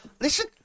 Listen